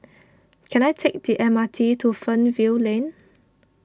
can I take the M R T to Fernvale Lane